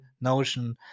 Notion